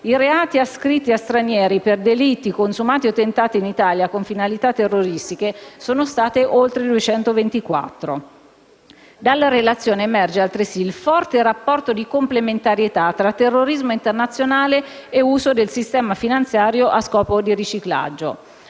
i reati ascritti a stranieri per delitti consumati o tentati in Italia con finalità terroristiche sono stati 224. Dalla relazione emerge altresì il forte rapporto di complementarietà tra terrorismo internazionale e uso del sistema finanziario a scopo di riciclaggio.